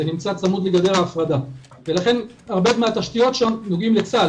זה נמצא צמוד לגדר ההפרדה והרבה מהתשתיות שם נוגעים לצה"ל,